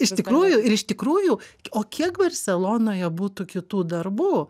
iš tikrųjų ir iš tikrųjų o kiek barselonoje būtų kitų darbų